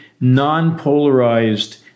non-polarized